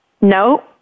No